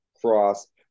Cross